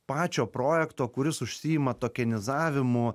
pačio projekto kuris užsiima tokenizavimu